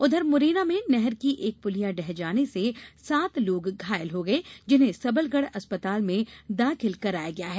उधर मुरैना में नहर की एक पुलिया ढ़ह जाने से सात लोग घायल हो गये जिन्हें सबलगढ़ अस्पताल में दाखिल कराया गया है